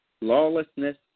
lawlessness